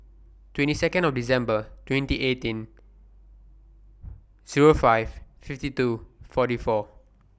twenty Second of December twenty eighteen Zero five fifty two forty four